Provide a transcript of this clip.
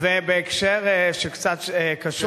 ובהקשר שקצת קשור לזה,